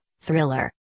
Thriller